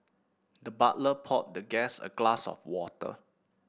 the butler poured the guest a glass of water